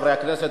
חברי הכנסת,